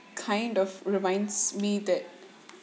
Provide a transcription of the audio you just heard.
kind of reminds me that